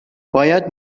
باید